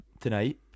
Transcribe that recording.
tonight